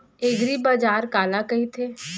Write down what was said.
एगरीबाजार काला कहिथे?